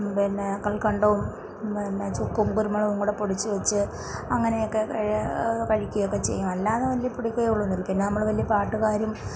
പിന്നെ കൽക്കണ്ടവും പിന്നെ ചുക്കും കുരുമുളകും കൂടെ പൊടിച്ച് വെച്ച് അങ്ങനെയൊക്കെ കഴിക്കുക ഒക്കെ ചെയ്യും അല്ലാതെ ഒന്നും പൊടിക്കൈകൾ ഒന്നുമില്ല പിന്നെ നമ്മൾ വലിയ പാട്ടുകാരും